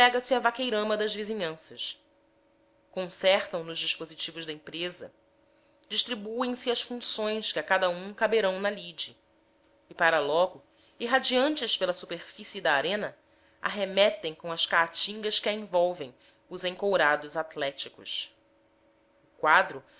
a vaqueirama das vizinhanças concertam nos dispositivos da empresa distribuem se as funções que a cada um caberão na lide e para logo irradiantes pela superfície da arena arremetem com as caatingas que a envolvem os encourados atléticos o quadro